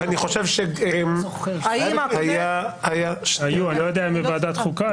אני חושב שהיה --- לא יודע אם בוועדת חוקה,